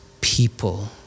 people